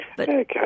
Okay